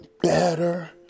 better